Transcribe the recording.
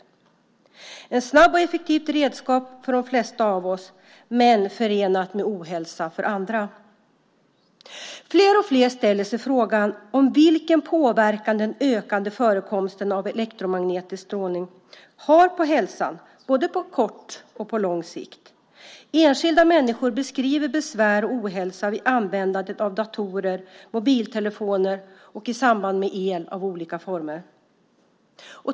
Det är ett snabbt och effektivt redskap för de flesta av oss men förenat med ohälsa för andra. Fler och fler ställer sig därför frågan vilken påverkan den ökade förekomsten av elektromagnetisk strålning har på hälsan, både på kort och på lång sikt. Enskilda människor beskriver besvär och ohälsa vid användandet av datorer, mobiltelefoner och i samband med el i olika former.